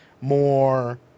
more